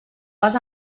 pas